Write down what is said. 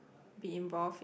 be involved in